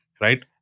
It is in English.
right